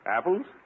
Apples